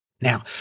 Now